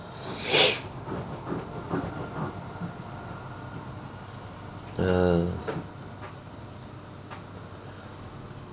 err